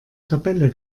tabelle